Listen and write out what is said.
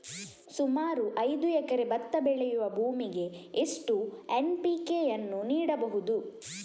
ಸುಮಾರು ಐದು ಎಕರೆ ಭತ್ತ ಬೆಳೆಯುವ ಭೂಮಿಗೆ ಎಷ್ಟು ಎನ್.ಪಿ.ಕೆ ಯನ್ನು ನೀಡಬಹುದು?